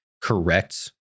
correct